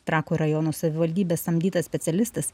trakų rajono savivaldybės samdytas specialistas